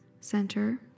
center